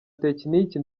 tekiniki